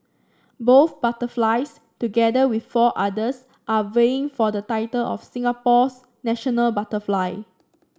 both butterflies together with four others are vying for the title of Singapore's national butterfly